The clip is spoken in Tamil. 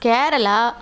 கேரளா